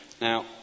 Now